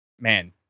man